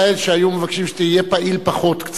היו הרבה אנשים בישראל שהיו מבקשים שתהיה פעיל קצת פחות.